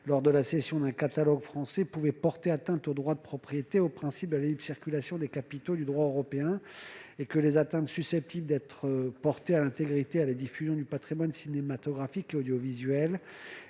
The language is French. lors de la cession d'un catalogue français, pouvait porter atteinte au droit de propriété et au principe de libre circulation des capitaux issu du droit européen et que les atteintes susceptibles d'être portées à l'intégrité, à la diffusion du patrimoine cinématographique et audiovisuel,